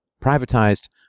privatized